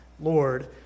Lord